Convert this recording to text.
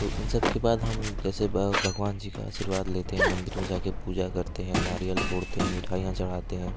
तो इन सब के बाद हम जैसे भगवान जी का आशीर्वाद लेते हैं मंदिर में जाके पूजा करते हैं नारियल फोड़ते हैं मिठाइयाँ चढ़ाते हैं